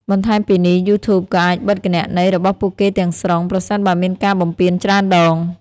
បន្ថែមពីនេះ យូធូប ក៏អាចបិទគណនីរបស់ពួកគេទាំងស្រុង ប្រសិនបើមានការបំពានច្រើនដង។